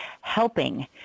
helping